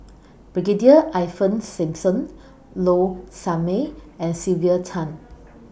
Brigadier Ivan Simson Low Sanmay and Sylvia Tan